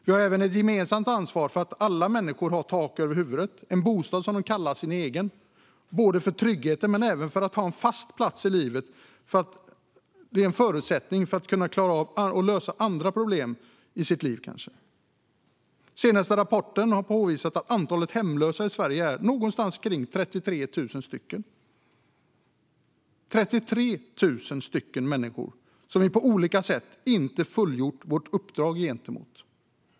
Vi har även ett gemensamt ansvar för att alla människor har tak över huvudet och en bostad som de kallar sin egen, både för tryggheten och för att ha en fast plats i livet. Det är en förutsättning för att man ska kunna lösa andra problem i sitt liv. Den senaste rapporten har påvisat att antalet hemlösa i Sverige är någonstans kring 33 000. Detta är 33 000 människor som vi på olika sätt inte har fullgjort vårt uppdrag gentemot.